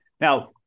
Now